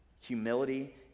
humility